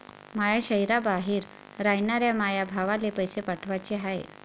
माया शैहराबाहेर रायनाऱ्या माया भावाला पैसे पाठवाचे हाय